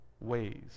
ways